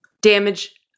Damage